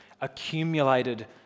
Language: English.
accumulated